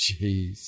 Jeez